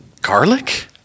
garlic